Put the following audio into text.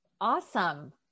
Awesome